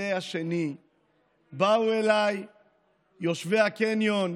אחרי השני באו אלי יושבי הקניון,